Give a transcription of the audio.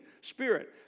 spirit